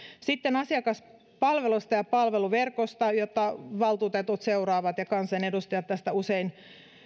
sitten asiakaspalvelusta ja palveluverkosta jota valtuutetut seuraavat kansanedustajat tästä usein